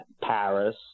Paris